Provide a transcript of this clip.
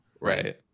right